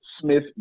Smith